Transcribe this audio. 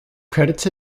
credits